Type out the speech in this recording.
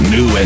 New